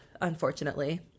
unfortunately